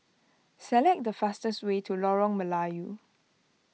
select the fastest way to Lorong Melayu